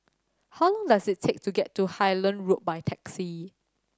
how long does it take to get to Highland Road by taxi